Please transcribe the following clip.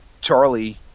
Charlie